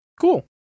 cool